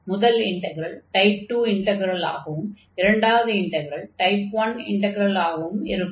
முதல் integral type 2 இன்டக்ரலாகவும் இரண்டாவது இன்டக்ரல் டைப் 1 இன்டக்ரலாகவும் இருக்கும்